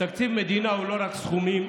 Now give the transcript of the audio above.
תקציב מדינה הוא לא רק סכומים,